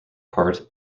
part